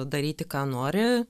daryti ką nori